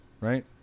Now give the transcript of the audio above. right